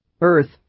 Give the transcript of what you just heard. Earth